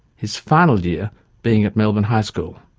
his final year being at melbourne high school.